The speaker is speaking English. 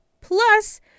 plus